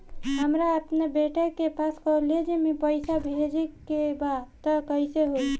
हमरा अपना बेटा के पास कॉलेज में पइसा बेजे के बा त कइसे होई?